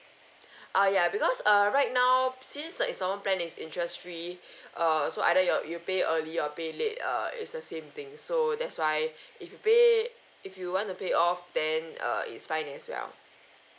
ah ya because err right now since the installment plan is interest free err so either you're you pay early or pay late err it's the same thing so that's why if you pay if you want to pay off then uh is fine as well